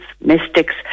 mystics